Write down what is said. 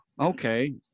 Okay